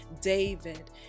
David